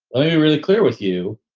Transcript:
oh, you're really clear with you.